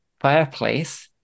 fireplace